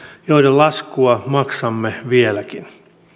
joiden laskua maksamme vieläkin